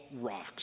rocks